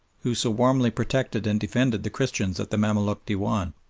who so warmly protected and defended the christians at the mamaluk dewan.